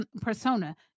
persona